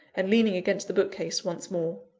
and leaning against the bookcase once more.